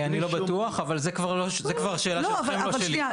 אני לא בטוח, אבל זו כבר שאלה שלכם, לא שלי.